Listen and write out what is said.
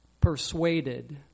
persuaded